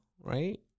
right